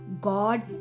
God